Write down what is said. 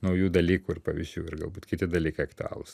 naujų dalykų ir pavyzdžių ir galbūt kiti dalykai aktualūs